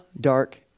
dark